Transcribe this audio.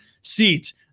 seat